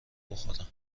بخورم